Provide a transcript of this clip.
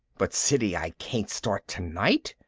but siddy, i can't start tonight,